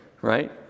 right